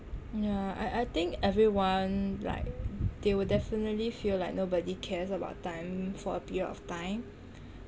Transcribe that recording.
yah I I think everyone like they will definitely feel like nobody cares about them for a period of time